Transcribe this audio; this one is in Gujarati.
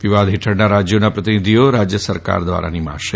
વિવાદ હેઠળના રાજ્યોના પ્રતિનિધિઓ રાજ્ય સરકાર નીમશે